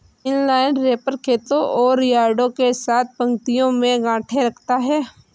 inline wrapper खेतों और यार्डों के साथ पंक्तियों में गांठें रखता है